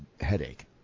headache